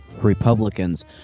Republicans